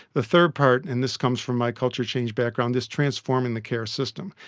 the third part in this comes from my culture change backgrounds, this transforming the care system,